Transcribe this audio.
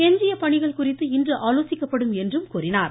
எஞ்சிய பணிகள் குறித்து இன்று ஆலோசிக்கப்படும் என்றும் அவர் கூறினார்